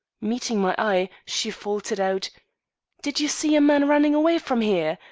meeting my eye, she faltered out did you see a man running away from here?